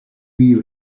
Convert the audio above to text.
you